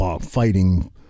fighting